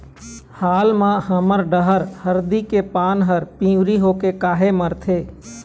हाल मा हमर डहर हरदी के पान हर पिवरी होके काहे मरथे?